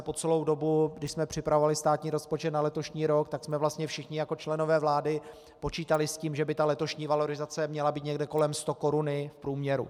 Po celou dobu, kdy jsme připravovali státní rozpočet na letošní rok, jsme všichni jako členové vlády počítali s tím, že by letošní valorizace měla být někde kolem stokoruny v průměru.